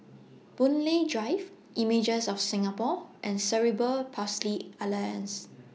Boon Lay Drive Images of Singapore and Cerebral Palsy Alliance